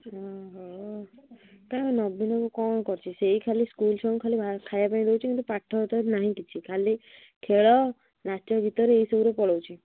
ହଁ ହଁ କାରଣ ନବୀନ ବାବୁ କ'ଣ କରିଛି ସେଇ ଖାଲି ସ୍କୁଲ ଛୁଆଙ୍କୁ ଖାଲି ଖାଇବା ପାଇଁ ଦେଉଛି କିନ୍ତୁ ପାଠ ଫାଠ ନାହିଁ କିଛି ଖାଲି ଖେଳ ନାଚ ଗୀତରେ ଏଇସବୁରେ ପଳଉଛି